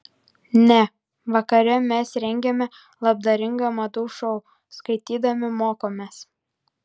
ne vakare mes rengiame labdaringą madų šou skaitydami mokomės